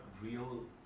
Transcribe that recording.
real